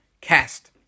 cast